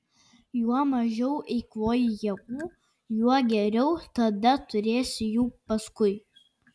juo mažiau eikvoji jėgų juo geriau tada turėsi jų paskui